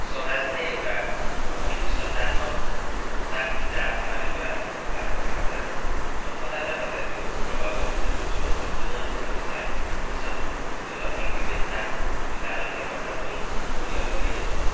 समाज नै एउटा पितृ सतात्मकताको विचारधाराले तयार भएको कारणले गर्दा कता न कता त्यो प्रभावित हुन्छ त्यो चुनौतीपूर्ण उनीहरूलाई हुन्छ त्यो लैङि्गक विभेदताको कारणले गर्दा पनि उनीहरूले